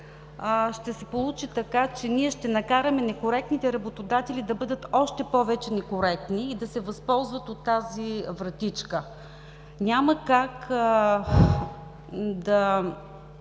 ще се получи така, че ние ще накараме некоректните работодатели да бъдат още повече некоректни и да се възползват от тази вратичка. Няма как тези